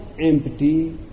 empty